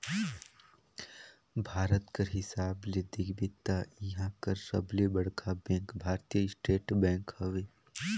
भारत कर हिसाब ले देखबे ता इहां कर सबले बड़खा बेंक भारतीय स्टेट बेंक हवे